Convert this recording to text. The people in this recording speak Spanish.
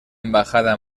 embajada